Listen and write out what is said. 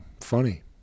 funny